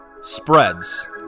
spreads